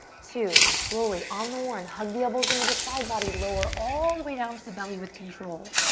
two, slowly, on the one, hug the elbows into the side body. lower all the way down to the belly with control.